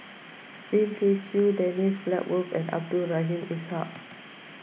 Lim Kay Siu Dennis Bloodworth and Abdul Rahim Ishak